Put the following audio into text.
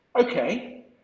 Okay